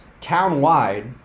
town-wide